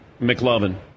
McLovin